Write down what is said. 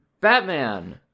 Batman